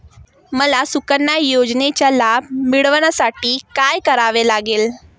मला सुकन्या योजनेचा लाभ मिळवण्यासाठी काय करावे लागेल?